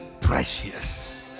precious